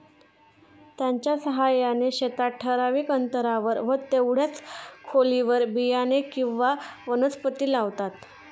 त्याच्या साहाय्याने शेतात ठराविक अंतरावर व तेवढ्याच खोलीवर बियाणे किंवा वनस्पती लावतात